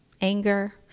anger